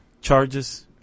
charges